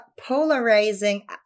polarizing